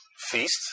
feast